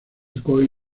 cohen